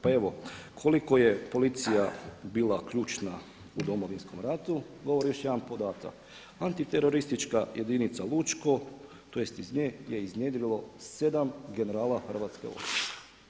Pa evo koliko je policija bila ključna u Domovinskom ratu govori još jedan podatak, Antiteroristička jedinica Lučko tj. iz nje je iznjedrilo 7 generala Hrvatske vojske.